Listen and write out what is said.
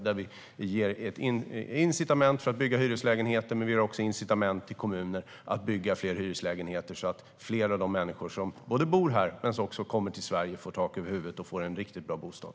Vi ger incitament för att bygga hyreslägenheter, men vi ger också incitament till kommuner att bygga fler hyreslägenheter så att fler av de människor som bor här och av dem som kommer till Sverige får tak över huvudet och får en riktigt bra bostad.